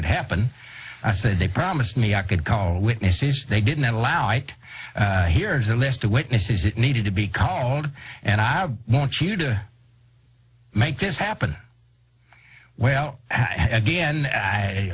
had happened i said they promised me i could call witnesses they didn't allow i hears a list of witnesses that needed to be called and i have want you to make this happen well again i